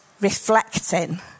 reflecting